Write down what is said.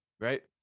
right